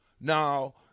Now